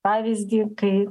pavyzdį kai